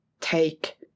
take